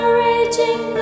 raging